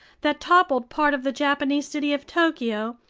that toppled part of the japanese city of tokyo,